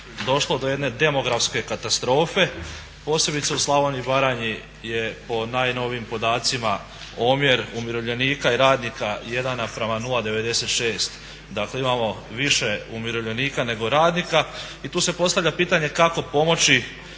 došlo do jedne demografske katastrofe posebice u Slavoniji i Baranji je po najnovijim podacima omjer umirovljenika i radnika 1:0,96. Dakle, imamo više umirovljenika nego radnika. I tu se postavlja pitanje kako pomoći